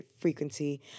frequency